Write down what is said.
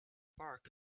park